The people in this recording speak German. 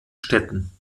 städten